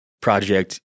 project